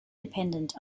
dependent